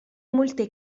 molte